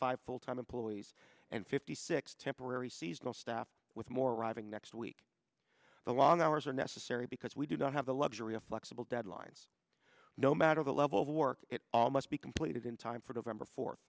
full time employees and fifty six temporary seasonal staff with more arriving next week the long hours are necessary because we do not have the luxury of flexible deadlines no matter the level of work it all must be completed in time for them